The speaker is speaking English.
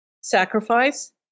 sacrifice